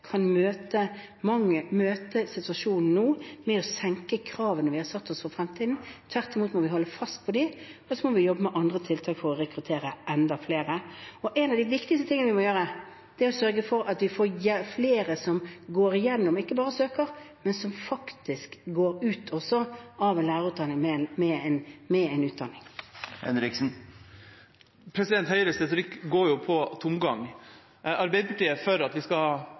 kan møte situasjonen nå ved å senke kravene vi har satt oss for fremtiden. Tvert imot må vi holde fast ved dem, og så må vi jobbe med andre tiltak for å rekruttere enda flere. En av de viktigste tingene vi må gjøre, er å sørge for at vi får flere som går igjennom, ikke bare søker, men som faktisk går ut av en lærerutdanning med en utdanning. Høyres retorikk går på tomgang. Arbeiderpartiet er for å ha høye krav til lærernes kompetanse. Det var derfor den rød-grønne regjeringa innførte kompetansekrav for lærerne i første omgang. Vi